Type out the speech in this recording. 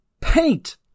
paint